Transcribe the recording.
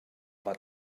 was